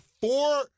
four